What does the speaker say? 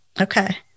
Okay